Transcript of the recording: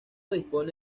dispone